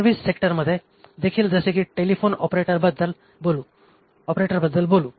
service सेक्टरमध्ये देखील जसे की टेलिफोन ऑपरेटरबद्दल बोलू